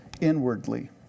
inwardly